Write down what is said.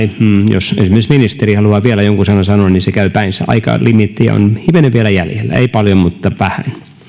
jos esimerkiksi ministeri haluaa vielä jonkun sanan sanoa niin se käy päinsä aikalimiittiä on hivenen vielä jäljellä ei paljon mutta vähän